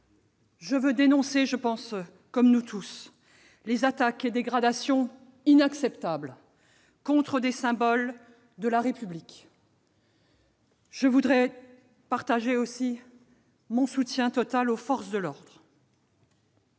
je veux dénoncer, comme nous tous, les attaques et les dégradations inacceptables contre des symboles de la République et dire mon soutien total aux forces de l'ordre.